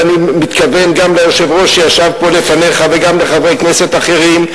ואני מתכוון גם ליושב-ראש שישב פה לפניך וגם לחברי כנסת אחרים,